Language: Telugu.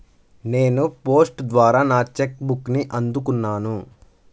నేను పోస్ట్ ద్వారా నా చెక్ బుక్ని అందుకున్నాను